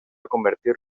convertir